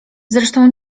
zresztą